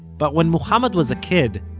but when mohammad was a kid,